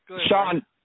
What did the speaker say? Sean